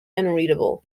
unreadable